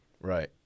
Right